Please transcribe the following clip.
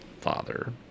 father